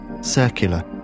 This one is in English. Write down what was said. Circular